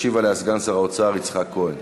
ישיב עליה סגן שר האוצר יצחק כהן.